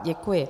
Děkuji.